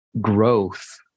growth